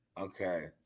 Okay